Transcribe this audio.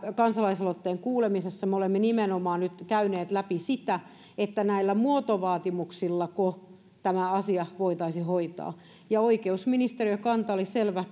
kansalaisaloitteen kuulemisessa me olemme nimenomaan nyt käyneet läpi sitä että näillä muotovaatimuksillako tämä asia voitaisiin hoitaa oikeusministeriön kanta oli selvä